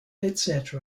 etc